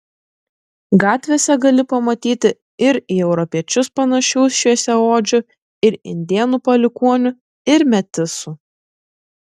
gatvėse gali pamatyti ir į europiečius panašių šviesiaodžių ir indėnų palikuonių ir metisų